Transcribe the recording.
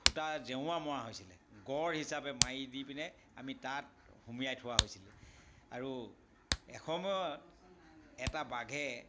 খুটা জেওৰা মৰা হৈছিলে গড় হিচাপে মাৰি দি পিনে আমি তাত সোমোৱাই থোৱা হৈছিলে আৰু এসময়ত এটা বাঘে